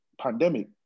pandemic